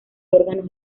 órganos